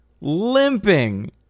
Limping